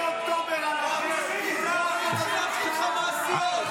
חברי הכנסת,